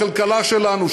בכלכלה שלנו,